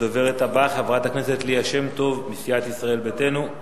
הדוברת הבאה היא חברת הכנסת ליה שמטוב מסיעת ישראל ביתנו.